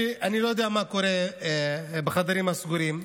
אני לא יודע מה קורה בחדרים הסגורים,